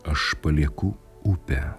aš palieku upę